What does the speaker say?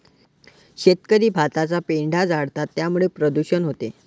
शेतकरी भाताचा पेंढा जाळतात त्यामुळे प्रदूषण होते